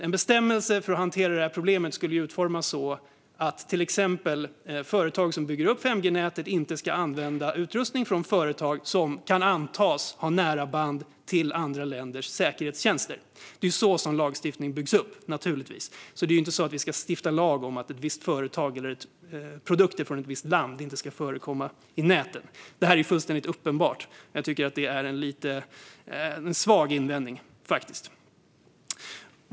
En bestämmelse för att hantera det här problemet skulle utformas så att till exempel företag som bygger upp 5G-nätet inte ska använda utrustning från företag som kan antas ha nära band till andra länders säkerhetstjänster. Det är på det sättet lagstiftningen byggs upp, naturligtvis. Vi ska inte stifta lag om att ett visst företag eller produkter från ett visst land inte ska få förekomma i nätet. Detta är fullständigt uppenbart. Jag tycker att det är en svag invändning, faktiskt.